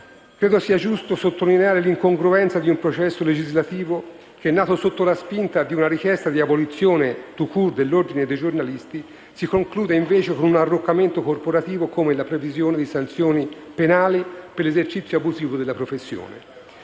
credo sia giusto sottolineare l'incongruenza di un processo legislativo che, nato sotto la spinta di una richiesta di abolizione *tout court* dell'Ordine dei giornalisti, si conclude invece con un arroccamento corporativo come la previsione di sanzioni penali per l'esercizio abusivo della professione.